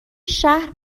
شهر